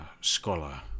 scholar